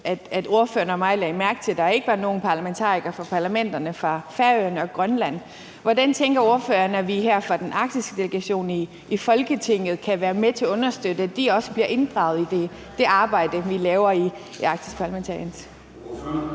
at ordføreren og jeg lagde mærke til, at der ikke var nogen parlamentarikere fra parlamenterne fra Færøerne og Grønland. Hvordan tænker ordføreren vi fra Den Arktiske Delegation i Folketinget kan være med til at understøtte, at de også bliver inddraget i det arbejde, vi laver i Arctic Parlamentarians?